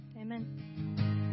amen